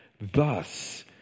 Thus